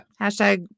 Hashtag